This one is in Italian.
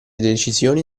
decisioni